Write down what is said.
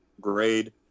grade